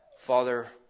Father